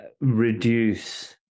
reduce